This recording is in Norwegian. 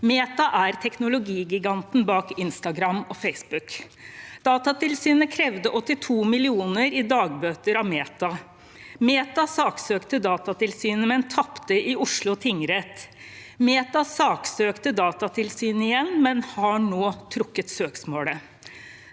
Meta er teknologigiganten bak Instagram og Facebook. Datatilsynet krevde 82 mill. kr i dagbøter av Meta. Meta saksøkte Datatilsynet, men tapte i Oslo tingrett. Meta saksøkte Datatilsynet igjen, men har nå trukket søksmålet.